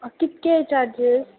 कितके चार्जीस